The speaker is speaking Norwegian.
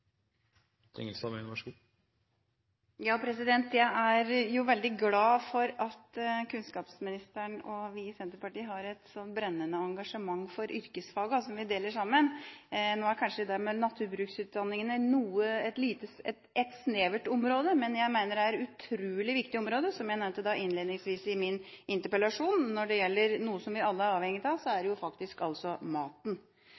Jeg er veldig glad for at kunnskapsministeren og vi i Senterpartiet deler et så brennende engasjement for yrkesfagene. Nå er kanskje det med naturbruksutdanningene et snevert område, men jeg mener at det er et utrolig viktig område, som jeg nevnte innledningsvis i min interpellasjon. Er det noe vi alle er avhengige av, er det jo faktisk maten. Jeg er